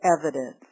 evidence